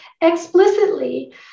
explicitly